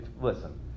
Listen